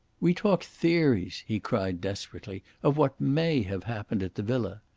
we talk theories, he cried desperately, of what may have happened at the villa.